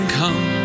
come